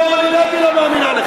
אפילו אורלי לוי לא מאמינה לך.